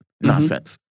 nonsense